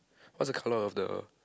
what's the colour of the